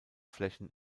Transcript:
flächen